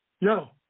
No